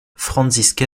franziska